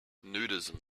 nudism